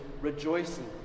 rejoicing